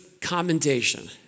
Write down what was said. commendation